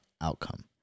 outcome